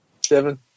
Seven